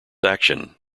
action